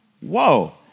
Whoa